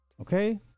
Okay